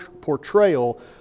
portrayal